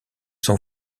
son